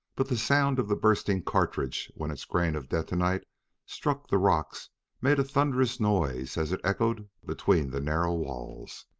but the sound of the bursting cartridge when its grain of detonite struck the rocks made a thunderous noise as it echoed between the narrow walls.